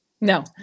No